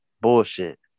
bullshit